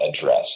address